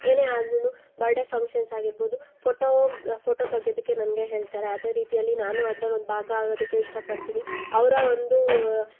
ಏನೇ ಆದ್ರೂ birthday functions ಆಗಿರ್ಬೋದು ಫೋಟೋ ಫೋಟೋ ತಗಿಯೋದಕ್ಕೆ ನನಗೆ ಹೇಳ್ತಾರೆ ಅದೇ ರೀತಿಯಲ್ಲಿ ನಾನೂ ಅದ್ರಲ್ಲಿ ಒಂದು ಭಾಗ ಆಗೋದಕ್ಕೆ ಇಷ್ಟಪಡ್ತೀನಿ ಅವರ ಒಂದು